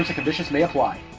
ah conditions may apply.